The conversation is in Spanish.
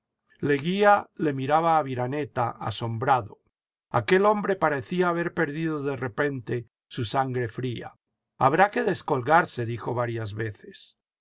leguía le miraba a aviraneta asombrado aquel hombre parecía haber perdido de repente su sangre fría habrá que descolgarse dijo varias veces